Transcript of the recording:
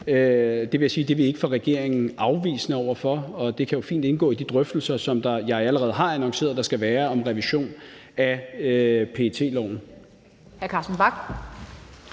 vil jeg sige, at det er vi ikke fra regeringens side afvisende over for, og det kan jo fint indgå i de drøftelser, som jeg allerede har annonceret der skal være, om en revision af PET-loven.